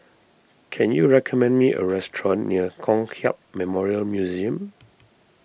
can you recommend me a restaurant near Kong Hiap Memorial Museum